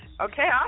okay